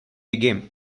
game